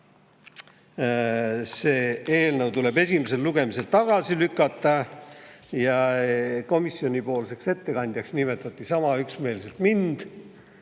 see eelnõu tuleb esimesel lugemisel tagasi lükata. Komisjonipoolseks ettekandjaks nimetati sama üksmeelselt mind.